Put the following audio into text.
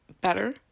better